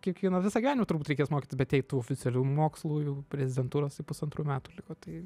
kiekvieną visą gyvenimą turbūt reikės mokytis bet jei tų oficialių mokslų jau rezidentūros tai pusantrų metų liko tai